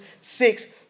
six